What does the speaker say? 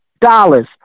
dollars